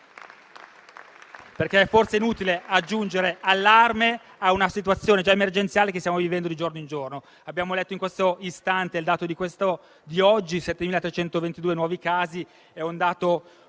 È inutile infatti aggiungere allarme alla situazione già emergenziale che stiamo vivendo di giorno in giorno. Abbiamo letto in questo istante il dato di oggi: 7.322 nuovi casi. È molto